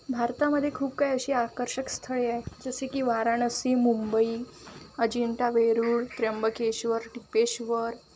भारतामध्ये खूप काही अशी आकर्षक स्थळे आहेत जसे की वाराणसी मुंबई अजिंठा वेरूळ त्र्यंबकेश्वर टिप्पेश्वर